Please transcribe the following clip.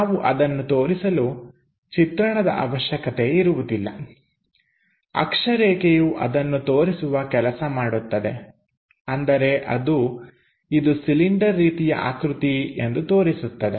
ನಾವು ಅದನ್ನು ತೋರಿಸಲು ಚಿತ್ರಣದ ಅವಶ್ಯಕತೆ ಇರುವುದಿಲ್ಲ ಅಕ್ಷರೇಖೆಯು ಅದನ್ನು ತೋರಿಸುವ ಕೆಲಸ ಮಾಡುತ್ತದೆ ಅಂದರೆ ಅದು ಇದು ಸಿಲಿಂಡರ್ ರೀತಿಯ ಆಕೃತಿ ಎಂದು ತೋರಿಸುತ್ತದೆ